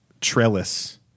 trellis